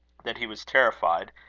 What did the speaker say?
that he was terrified,